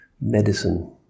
medicine